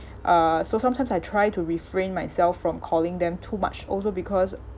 uh so sometimes I try to refrain myself from calling them too much also because